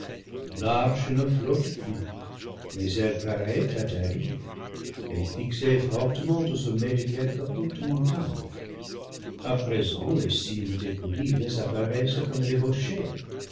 l'arche ne flotte plus mais elle paraît atterrie et fixait fortement au sommet de quelque haute montagne a présent les cimes des collines apparaissent comme des rochers